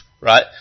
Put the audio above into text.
right